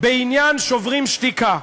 בעניין "שוברים שתיקה".